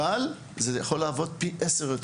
אבל זה יכול לעבוד טוב פי עשרה: